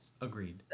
agreed